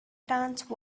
dance